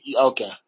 Okay